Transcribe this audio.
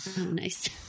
nice